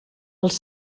els